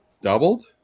doubled